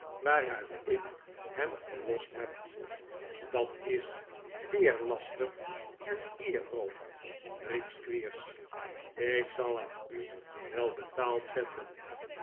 waaruit ik hem verlost heb dat is weer laster en eerroof riep squeers ik zal het u wel betaald zetten